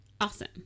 Awesome